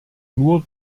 nur